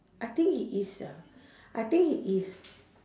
I think he is ah I think he is